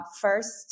first